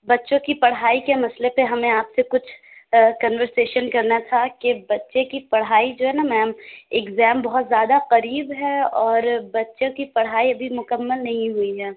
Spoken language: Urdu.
بچوں کی پڑھائی کے مسئلے پہ ہمیں آپ سے کچھ کنورسیشن کرنا تھا کہ بچے کی پڑھائی جو ہے نا میم ایگزام بہت زیادہ قریب ہے اور بچوں کی پڑھائی ابھی مکمل نہیں ہوئی ہے